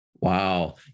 Wow